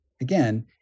again